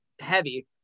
heavy